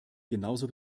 genauso